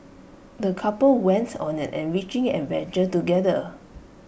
the couple went on an enriching adventure together